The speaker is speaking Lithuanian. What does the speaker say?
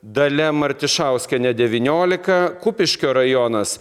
dalia martišauskienė devyniolika kupiškio rajonas